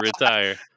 retire